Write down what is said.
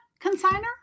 consigner